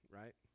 right